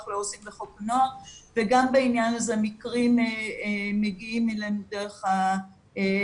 לעו"סים לחוק הנוער וגם בעניין הזה מקרים מגיעים אלינו דרך החינוך.